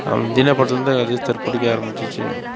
அவர் தீனா படத்தில் இருந்து அஜித் சார் பிடிக்க ஆரம்பிச்சிச்சு